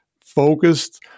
focused